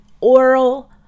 oral